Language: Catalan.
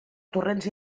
torrents